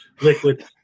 liquid